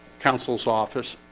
counsel's office